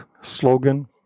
slogan